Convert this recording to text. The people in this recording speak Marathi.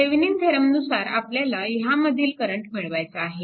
थेविनिन थेरमनुसार आपल्याला ह्यामधील करंट मिळवायचा आहे